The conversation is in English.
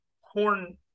horn